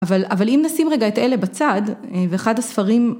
אבל... אבל אם נשים רגע את אלה בצד, ואחד הספרים...